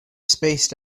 spaced